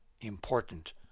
important